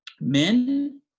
men